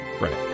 Right